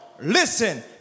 listen